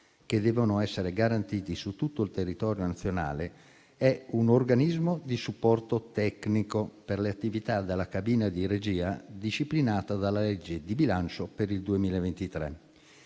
che devono essere garantiti su tutto il territorio nazionale è un organismo di supporto tecnico per le attività della cabina di regia disciplinata dalla legge di bilancio per il 2023.